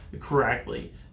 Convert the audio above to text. correctly